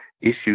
issues